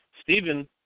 Stephen